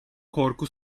korku